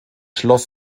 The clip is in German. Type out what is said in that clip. schloss